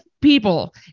people